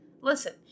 Listen